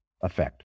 effect